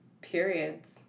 Periods